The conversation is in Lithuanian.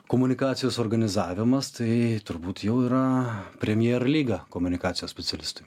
komunikacijos organizavimas tai turbūt jau yra premjer lyga komunikacijos specialistui